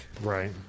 Right